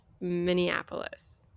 Minneapolis